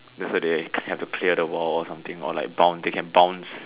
yesterday they have to clear the wall or something or like bounce they can bounce